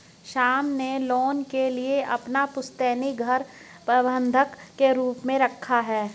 श्याम ने लोन के लिए अपना पुश्तैनी घर बंधक के रूप में रखा